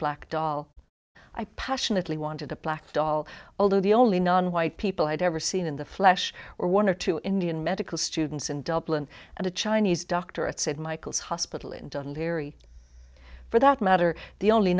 black doll i passionately wanted a black doll although the only nonwhite people i'd ever seen in the flesh were one or two indian medical students in dublin and a chinese doctor at said michael's hospital and done very for that matter the only